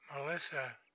Melissa